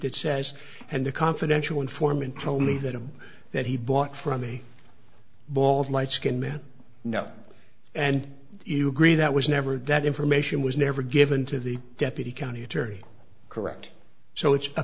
that says and the confidential informant told me that him that he bought from a ball of light skinned man no and you agree that was never that information was never given to the deputy county attorney correct so it's